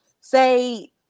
say